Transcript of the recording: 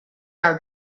are